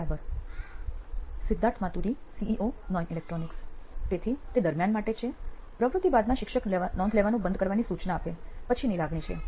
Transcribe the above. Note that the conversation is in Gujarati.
બરાબર સિદ્ધાર્થ માતુરી સીઇઓ નોઇન ઇલેક્ટ્રોનિક્સ તેથી તે 'દરમ્યાન' માટે છે પ્રવૃત્તિ બાદમાં શિક્ષક નોંધ લેવાનું બંધ કરવાની સૂચના આપે પછીની લાગણી છે